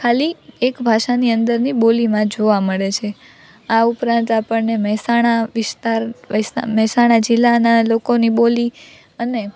ખાલી એક ભાષાની અંદરની બોલીમાં જોવા મળે છે આ ઉપરાંત આપણને મહેસાણા વિસ્તાર મહેસાણા જીલ્લાનાં લોકોની બોલી અને